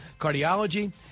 Cardiology